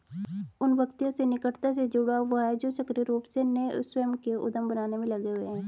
उन व्यक्तियों से निकटता से जुड़ा हुआ है जो सक्रिय रूप से नए स्वयं के उद्यम बनाने में लगे हुए हैं